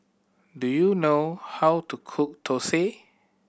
do you know how to cook Thosai